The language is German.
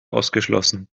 ausgeschlossen